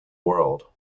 world